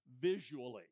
visually